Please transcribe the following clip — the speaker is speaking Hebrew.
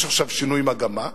יש עכשיו שינוי מגמה.